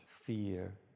fear